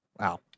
Wow